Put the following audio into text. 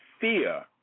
fear